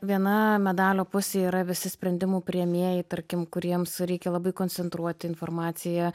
viena medalio pusė yra visi sprendimų priėmėjai tarkim kuriems reikia labai koncentruoti informaciją